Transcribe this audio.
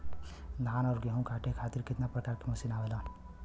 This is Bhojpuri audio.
धान और गेहूँ कांटे खातीर कितना प्रकार के मशीन आवेला?